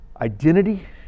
identity